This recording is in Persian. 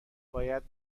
باید